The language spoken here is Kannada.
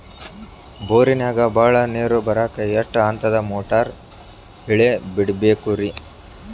ಬೋರಿನಾಗ ಬಹಳ ನೇರು ಬರಾಕ ಎಷ್ಟು ಹಂತದ ಮೋಟಾರ್ ಇಳೆ ಬಿಡಬೇಕು ರಿ?